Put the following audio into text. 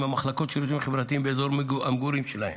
המחלקות לשירותים חברתיים באזור המגורים שלהם.